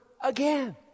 again